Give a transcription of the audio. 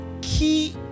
key